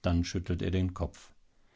dann schüttelt er den kopf